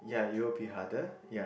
ya it will be harder ya